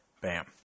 bam